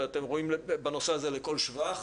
אתם ראויים בנושא הזה לכל שבח,